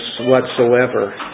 whatsoever